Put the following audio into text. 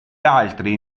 altri